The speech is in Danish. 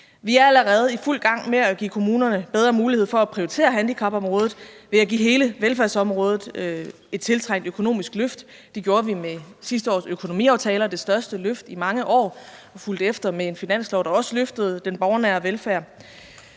Vi er allerede i fuld gang med at give kommunerne bedre mulighed for at prioritere handicapområdet ved at give hele velfærdsområdet et tiltrængt økonomisk løft. Det gjorde vi med sidste års økonomiaftaler, det største løft i mange år, og det blev efterfulgt af en finanslov, der også løftede den borgernære velfærd.